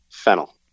fennel